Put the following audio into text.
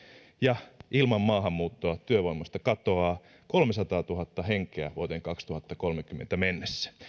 ja ilman maahanmuuttoa työvoimasta katoaa kolmesataatuhatta henkeä vuoteen kaksituhattakolmekymmentä mennessä